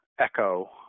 Echo